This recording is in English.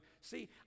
see